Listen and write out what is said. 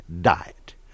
diet